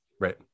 Right